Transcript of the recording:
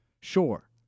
Sure